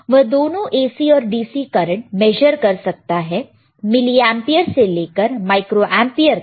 वह दोनों AC और DC करंट मेजर कर सकता है मिली एंपियर से लेकर माइक्रोएम्पीयर तक